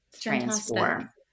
Transform